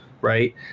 right